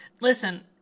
Listen